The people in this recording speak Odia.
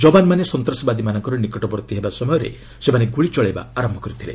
ଯବାନମାନେ ସନ୍ତାସବାଦୀମାନଙ୍କ ନିକଟବର୍ତ୍ତୀ ହେବା ସମୟରେ ସେମାନେ ଗୁଳି ଚଳାଇବା ଆରମ୍ଭ କରିଥିଲେ